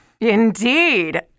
Indeed